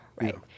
Right